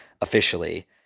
officially